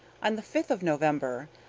on the fifth of november,